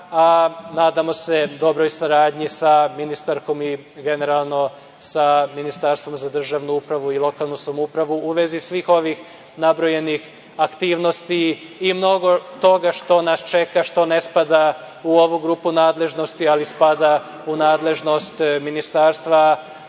a nadamo se i dobroj saradnji sa ministarkom i generalno sa Ministarstvom za državnu upravu i lokalnu samoupravu u vezi svih ovih nabrojanih aktivnosti i mnogo toga što nas čeka, što ne spada u ovu grupu nadležnosti, ali spada u nadležnost ministarstva,